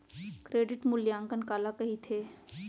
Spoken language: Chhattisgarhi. क्रेडिट मूल्यांकन काला कहिथे?